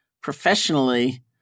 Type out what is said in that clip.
professionally